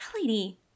lady